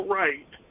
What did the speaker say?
right –